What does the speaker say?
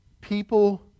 People